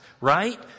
right